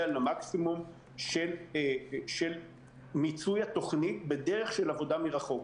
למקסימום של מיצוי התוכנית בדרך של עבודה מרחוק.